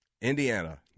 Indiana